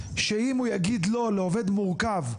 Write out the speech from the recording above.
שאם הוא יגיד לא לעובד מורכב,